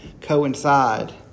coincide